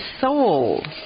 soul